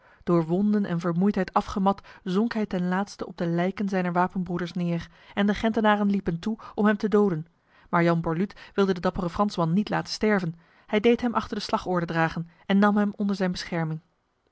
door wonden en vermoeidheid afgemat zonk hij ten laatste op de lijken zijner wapenbroeders neer en de gentenaren liepen toe om hem te doden maar jan borluut wilde de dappere fransman niet laten sterven hij deed hem achter de slagorde dragen en nam hem onder zijn bescherming